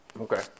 Okay